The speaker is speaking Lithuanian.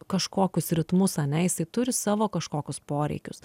kažkokius ritmus ane jisai turi savo kažkokius poreikius